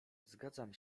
zgadzam